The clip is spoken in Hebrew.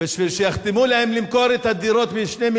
בשביל שיחתמו להם למכור את הדירות ב-2.7